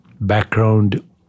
background